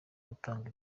gutanga